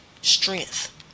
strength